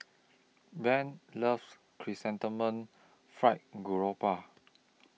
Bev loves Chrysanthemum Fried Garoupa